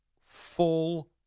Full